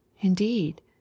indeed